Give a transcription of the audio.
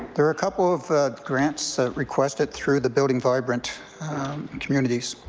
there are a couple of grants requested through the building vibrant communities